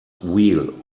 wheel